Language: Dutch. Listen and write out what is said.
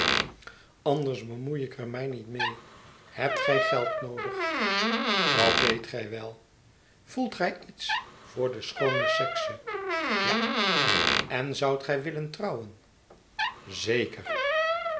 anders bemoei ik er mij niet mee hebt grj geld noodig dat weet gij wel voelt gij iets voor de schoone sekse ja en zoudt gij willen trouwen zeker